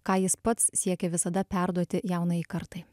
ką jis pats siekė visada perduoti jaunajai kartai